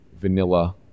vanilla